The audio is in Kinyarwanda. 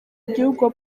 igihugu